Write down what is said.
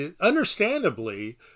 understandably